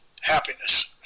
happiness